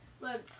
Look